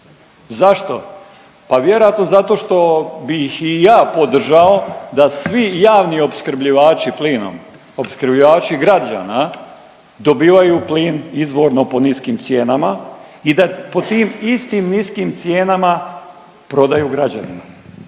Zašto? Pa vjerojatno zato što bih i ja podržao da svi javni opskrbljivači plinom, opskrbljivači građana dobivaju plin izvorno po niskim cijenama i da po tim istim niskim cijenama prodaju građanima.